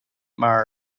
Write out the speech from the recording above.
mars